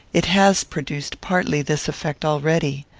it has produced partly this effect already.